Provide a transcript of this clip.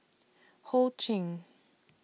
Ho Ching